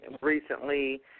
Recently